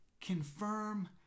confirm